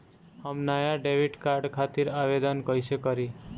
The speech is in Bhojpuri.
हम नया डेबिट कार्ड खातिर आवेदन कईसे करी?